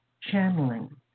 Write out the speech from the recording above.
channeling